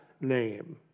name